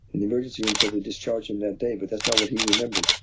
the emergency room said they discharged him that day, but that's not what he remembered.